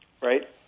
right